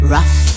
Rough